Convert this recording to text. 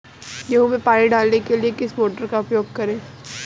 गेहूँ में पानी डालने के लिए किस मोटर का उपयोग करें?